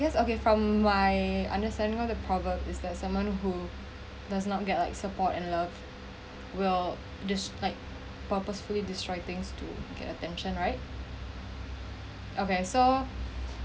guess okay from my understanding what the problem is that someone who does not get like support and love will des~ like purposefully destroyed things to get attention right okay so